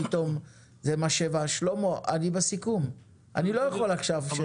שלמה אני בסיכום אני לא יכול עכשיו.